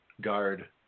Guard